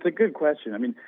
but good question. i mean,